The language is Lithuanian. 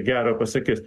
gero pasakys